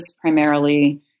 primarily